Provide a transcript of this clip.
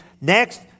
next